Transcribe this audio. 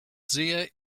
sehr